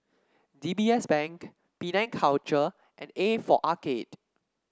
D B S Bank Penang Culture and A for Arcade